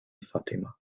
fatima